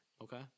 Okay